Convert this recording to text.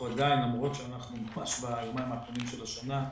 למרות שאנחנו ביומיים האחרונים של השנה,